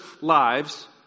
lives